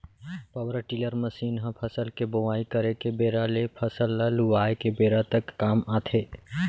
power tiller machine ह फसल के बोवई करे के बेरा ले फसल ल लुवाय के बेरा तक काम आथे